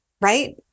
Right